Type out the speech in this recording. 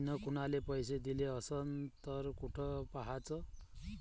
मिन कुनाले पैसे दिले असन तर कुठ पाहाचं?